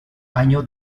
año